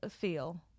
feel